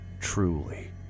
truly